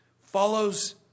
follows